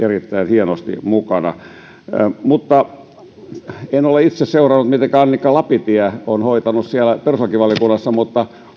hienosti mukana en ole itse seurannut mitenkä annika lapintie on hoitanut asiaa siellä perustuslakivaliokunnassa mutta